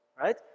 right